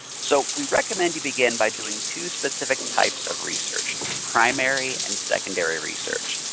so we recommend you begin by doing two specific types of research, primary and secondary research.